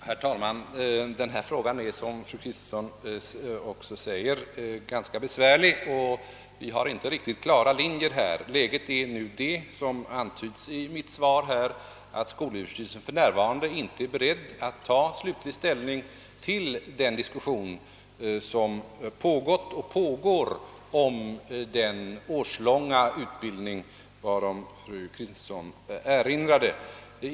Herr talman! Denna fråga är, som fru Kristensson också säger, ganska besvärlig, och vi har inte några riktigt klara linjer. Som det antyds i svaret är skolöverstyrelsen för närvarande inte beredd att ta slutlig ställning till den diskussion som pågått och pågår om den årslånga utbildning, varom fru Kristensson erinrade.